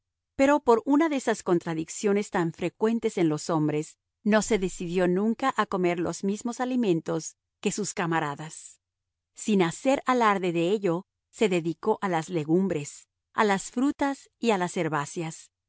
pero por una de esas contradicciones tan frecuentes en los hombres no se decidió nunca a comer los mismos alimentos que sus camaradas sin hacer alarde de ello se dedicó a las legumbres a las frutas y a las herbáceas